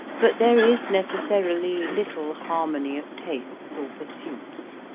but there is necessarily little harmony of tastes or pursuits